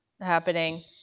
happening